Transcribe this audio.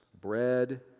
bread